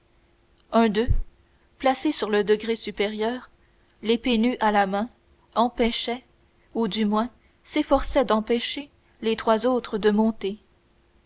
un d'eux placé sur le degré supérieur l'épée nue à la main empêchait ou du moins s'efforçait d'empêcher les trois autres de monter